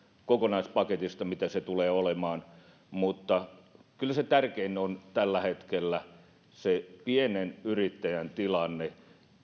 kokonaispaketista mitä se tulee olemaan mutta kyllä se tärkein on tällä hetkellä se pienen yrittäjän tilanne